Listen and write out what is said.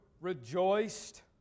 rejoiced